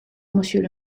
monsieur